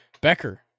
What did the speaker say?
Becker